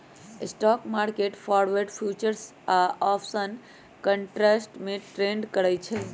stock market forward, futures या option contracts में trade करई छई